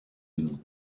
unis